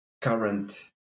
current